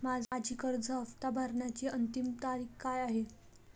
माझी कर्ज हफ्ता भरण्याची अंतिम तारीख काय आहे?